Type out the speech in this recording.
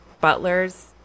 butlers